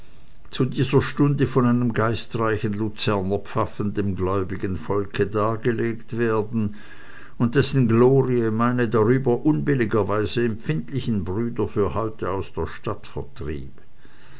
zu dieser stunde von einem geistreichen luzernerpfaffen dem gläubigen volke dargelegt werden und dessen glorie meine darüber unbilligerweise empfindlichen brüder für heute aus der stadt vertrieb